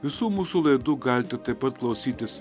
visų mūsų laidų galite taip pat klausytis